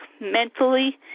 mentally